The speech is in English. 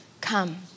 come